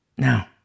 Now